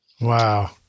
Wow